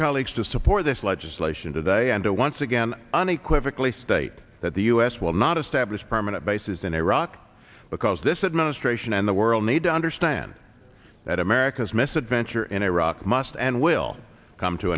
colleagues to support this legislation today and to once again unequivocally state that the u s will not establish permanent bases in iraq because this administration and the world need to understand that america's misadventure in iraq must and will come to